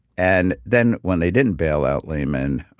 and then when they didn't bail out lehman,